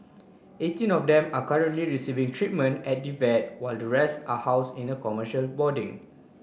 eighteen of them are currently receiving treatment at the vet while the rest are house in a commercial boarding